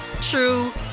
true